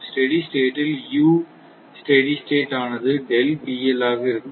steady state ல் u steady state ஆனது ஆக இருக்கும்